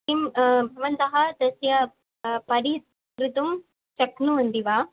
किं भवन्तः तस्य परिहर्तुं शक्नुवन्ति वा